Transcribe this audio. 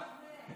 מה אני אעשה?